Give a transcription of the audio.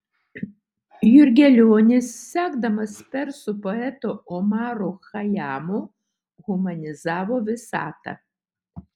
jurgelionis sekdamas persų poetu omaru chajamu humanizavo visatą